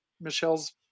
Michelle's